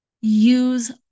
Use